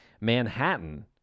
Manhattan